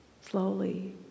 slowly